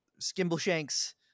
Skimbleshank's